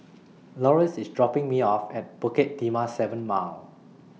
Loris IS dropping Me off At Bukit Timah seven Mile